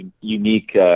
Unique